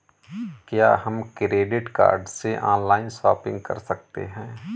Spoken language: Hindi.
क्या हम क्रेडिट कार्ड से ऑनलाइन शॉपिंग कर सकते हैं?